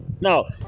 no